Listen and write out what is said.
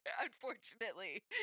Unfortunately